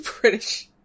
British